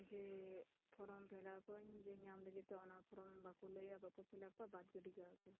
ᱡᱮ ᱯᱷᱚᱨᱚᱢ ᱯᱷᱤᱞᱟᱯᱟᱹᱧ ᱡᱮ ᱧᱟᱢ ᱞᱟᱹᱜᱤᱫ ᱛᱮ ᱚᱱᱟ ᱯᱷᱚᱨᱚᱢ ᱵᱟᱠᱚ ᱞᱟᱹᱭᱟ ᱵᱟᱠᱚ ᱯᱷᱤᱞᱟᱯᱟ ᱵᱟᱫ ᱜᱟᱹᱰᱤ ᱠᱟᱜᱼᱟ ᱠᱚ